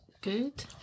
good